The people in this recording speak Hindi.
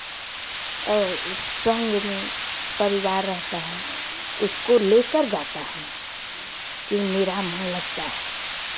संघ में परिवार रहता है उसको लेकर गाता हूँ कि मेरा मन लगता है